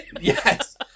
Yes